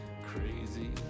crazy